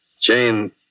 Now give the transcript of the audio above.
Jane